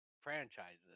franchises